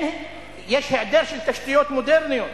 היעדר של תשתיות מודרניות,